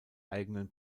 eigenen